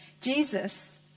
Jesus